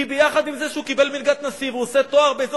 כי יחד עם זה שהוא קיבל מלגת נשיא והוא עושה תואר בזה,